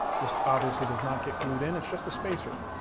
this obviously does not get glued in. it's just a spacer.